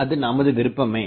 அது நமது விருப்பமே